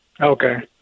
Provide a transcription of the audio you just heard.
Okay